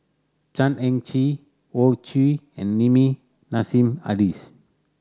Chan Heng Chee Hoey Choo and Nassim Adis